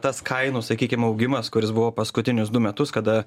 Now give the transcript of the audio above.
tas kainų sakykim augimas kuris buvo paskutinius du metus kada